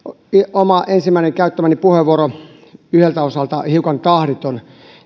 että ensimmäiseksi käyttämäni puheenvuoro oli yhdeltä osalta hiukan tahditon